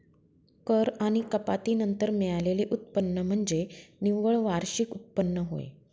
कर आणि कपाती नंतर मिळालेले उत्पन्न म्हणजे निव्वळ वार्षिक उत्पन्न होय